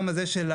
העולם הזה הוא